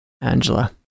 Angela